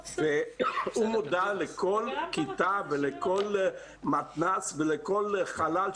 והוא מודע לכל כיתה ולכל מתנ"ס ולכל חלל,